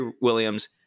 Williams